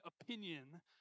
opinion